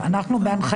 ואת ועדת